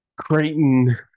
Creighton